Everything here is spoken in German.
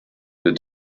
der